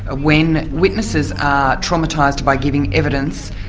ah when witnesses are traumatised by giving evidence,